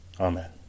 Amen